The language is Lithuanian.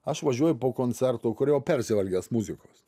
aš važiuoju po koncerto kur jau persivalgęs muzikos